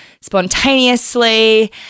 spontaneously